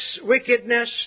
wickedness